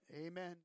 Amen